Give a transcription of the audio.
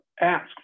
ask